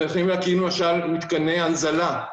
צריכים להקים מתקני למשל מתקני הנזלה.